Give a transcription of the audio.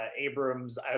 Abrams